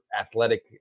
athletic